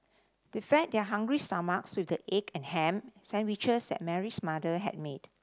they fed their hungry stomachs with the egg and ham sandwiches that Mary's mother had made